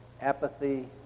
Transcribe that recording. apathy